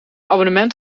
abonnement